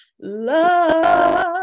love